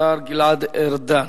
השר גלעד ארדן.